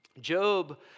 Job